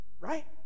right